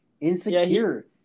insecure